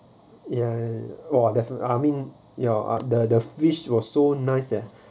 ya !wah! there's a I mean your art the the fish was so nice leh